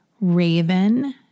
Raven